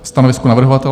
Stanovisko navrhovatele?